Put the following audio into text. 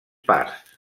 parts